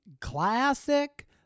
classic